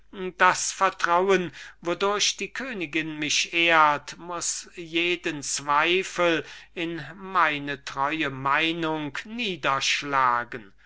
das vertrauen wodurch die königin mich ehrt muß jeden zweifel in meine treue meinung niederschlagen